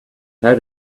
how